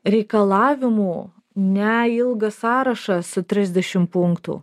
reikalavimų ne ilgas sąrašas su trisdešim punktų